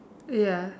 ya